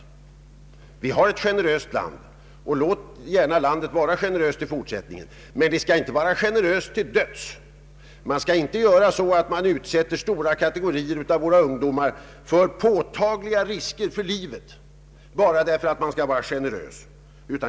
Sverige är ett generöst land, och låt det gärna vara generöst i fortsättningen, men vi skall inte vara generösa till döds. Man skall inte utsätta stora grupper av våra ungdomar för påtagliga risker för livet bara därför att man vill vara generös.